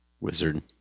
Wizard